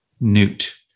Newt